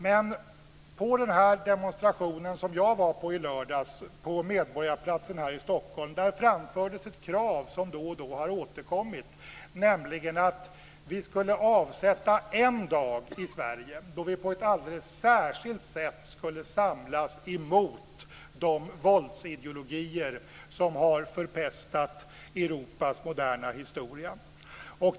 Men på den demonstration som jag var på i lördags på Medborgarplatsen här i Stockholm framfördes ett krav som då och då har återkommit, nämligen att vi skulle avsätta en dag i Sverige då vi på ett alldeles särskilt sätt samlas mot de våldsideologier som har förpestat Europas moderna historia.